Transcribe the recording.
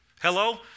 Hello